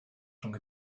rhwng